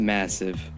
massive